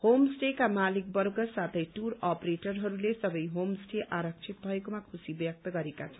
home स्टेका मालिकवर्ग साथै टूर अपरेटरहरूले सबै होम स्टे आरक्षित भएकोमा खुशी व्यक्त गरेका छन्